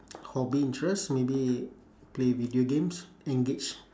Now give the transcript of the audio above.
hobby interest maybe play video games engage